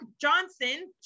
Johnson